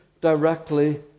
directly